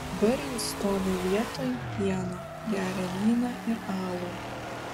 dabar jis vietoj pieno geria vyną ir alų